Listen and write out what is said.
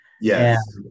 Yes